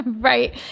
right